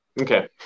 Okay